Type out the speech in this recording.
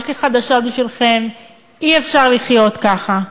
יש לי חדשות בשבילכם: אי-אפשר לחיות ככה.